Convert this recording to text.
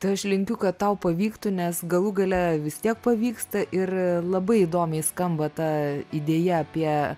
tai aš linkiu kad tau pavyktų nes galų gale vis tiek pavyksta ir labai įdomiai skamba ta idėja apie